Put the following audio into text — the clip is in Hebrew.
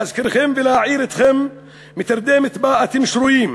להזכירכם ולהעיר אתכם מהתרדמת שבה אתם שרויים,